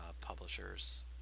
publishers